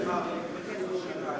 היינו אצלך לפני חצי שנה,